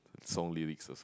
song lyrics also